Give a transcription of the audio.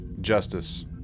Justice